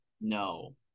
no